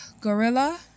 gorilla